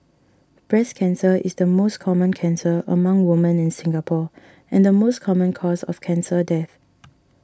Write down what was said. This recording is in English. breast cancer is the most common cancer among women in Singapore and the most common cause of cancer death